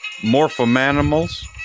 Morphomanimals